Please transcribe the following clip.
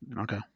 Okay